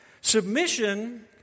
Submission